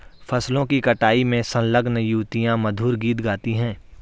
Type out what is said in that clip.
फसलों की कटाई में संलग्न युवतियाँ मधुर गीत गाती हैं